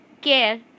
care